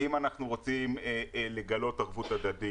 האם אנחנו רוצים לגלות ערבות הדדית?